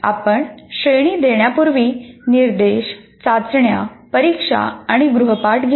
आपण श्रेणी देण्यापूर्वी निर्देश चाचण्या परीक्षा आणि गृहपाठ घेता